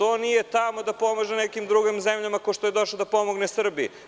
Zašto nije tamo da pomaže nekim drugim zemljama kao što je došao da pomogne Srbiji?